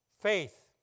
faith